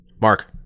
Mark